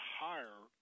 higher